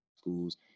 schools